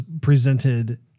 presented